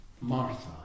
Martha